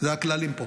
אלה הכללים פה.